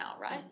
right